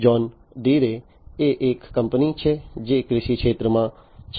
John ડીરેએ એક company છે જે કૃષિ ક્ષેત્રમાં છે